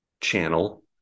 channel